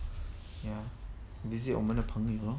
ya visit 我们的朋友 lor